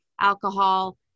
alcohol